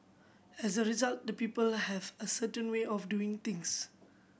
as a result the people have a certain way of doing things